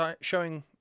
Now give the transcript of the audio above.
showing